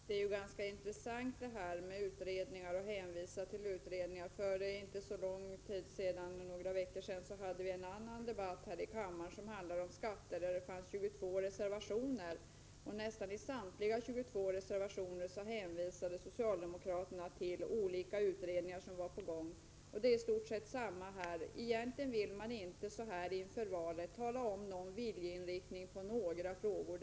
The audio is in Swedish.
Herr talman! Dessa hänvisningar till utredningar är ganska intressanta. För några veckor sedan hade vi en annan debatt här i kammaren som handlade om skatter, och där fanns det 22 reservationer. Beträffande nästan samtliga 22 reservationer hänvisade socialdemokraterna till olika utredningar som var på gång. Det är i stort sett detsamma här. Egentligen vill man inte, så här inför valet, ge någon viljeinriktning beträffande några frågor alls.